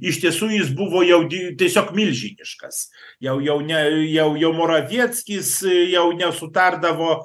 iš tiesų jis buvo jau di tiesiog milžiniškas jau jau ne jau jau moravieckis jau nesutardavo